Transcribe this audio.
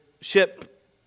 ship